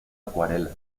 acuarela